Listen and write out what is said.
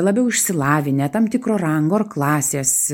labiau išsilavinę tam tikro rango ar klasės